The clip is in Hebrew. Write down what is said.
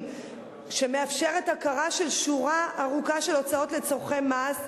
שמאפשרת הכרה בשורה ארוכה של הוצאות לצורכי מס,